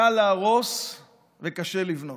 קל להרוס וקשה לבנות.